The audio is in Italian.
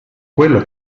quello